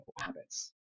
habits